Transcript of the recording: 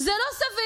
זה לא סביר.